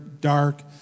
dark